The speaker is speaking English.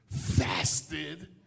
fasted